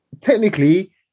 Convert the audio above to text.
technically